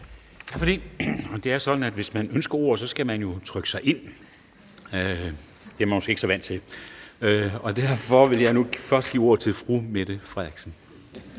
hvis man ønsker ordet, skal trykke sig ind – det er man måske ikke så vant til – og derfor vil jeg nu først give ordet til fru Mette Frederiksen.